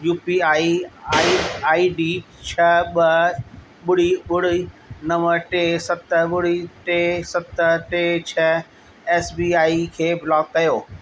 U P I I I D छह ॿ ॿुड़ी ॿुड़ी नव टे सत ॿुड़ी टे सत टे छह एस बी आई खे ब्लॉक कयो